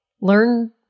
learn